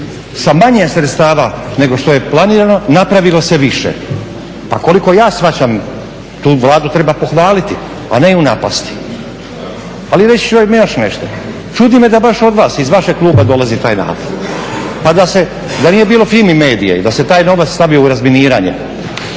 Sa manje sredstava nego što je planirano napravilo se više. Pa koliko ja shvaćam tu Vladu treba pohvaliti, a ne ju napasti. Ali reći ću vam još nešto, čudi me da baš od vas, iz vašeg kluba dolazi taj napad. Pa da se, da nije bilo FIMI MEDIJE i da se taj novac stavio u razminiranje,